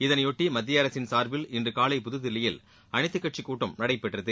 இதனையொட்டி மத்திய அரசின் சார்பில் இன்று காலை புதுதில்லியில் அனைத்துக் கட்சி கூட்டம் நடைபெற்றது